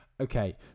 Okay